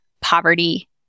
poverty